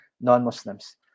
non-Muslims